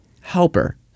helper